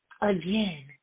again